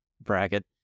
bracket